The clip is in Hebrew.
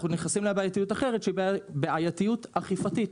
אנחנו נכנסים לבעייתיות אחרת שהיא בעייתיות אכיפתית.